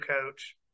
coach